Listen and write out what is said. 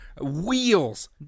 wheels